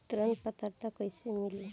ऋण पात्रता कइसे मिली?